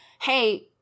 hey